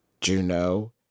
Juno